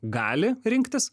gali rinktis